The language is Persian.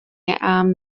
امن